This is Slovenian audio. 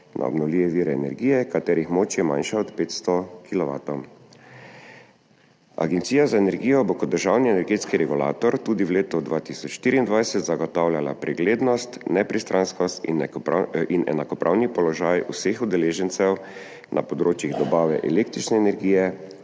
na obnovljive vire energije, katerih moč je manjša od 500 kilovatov. Agencija za energijo bo kot državni energetski regulator tudi v letu 2024 zagotavljala preglednost, nepristranskost in enakopravni položaj vseh udeležencev na področjih dobave električne energije,